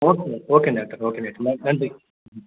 okay okay doctor okay doctor நன் நன்றிங்க